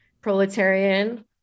proletarian